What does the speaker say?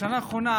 בשנה האחרונה